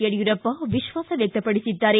ಯಡಿಯೂರಪ್ಪ ವಿಶ್ವಾಸ ವ್ಯಕ್ತಪಡಿಸಿದ್ದಾರೆ